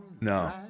No